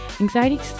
Anxiety